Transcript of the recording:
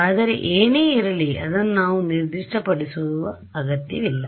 ಆದರೆ ಏನೇ ಇರಲಿ ಅದನ್ನು ನಾವು ನಿರ್ದಿಷ್ಟಪಡಿಸುವ ಅಗತ್ಯವಿಲ್ಲ